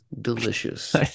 delicious